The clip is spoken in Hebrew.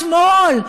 אתמול,